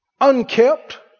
unkept